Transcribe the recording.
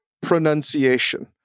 pronunciation